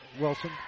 Wilson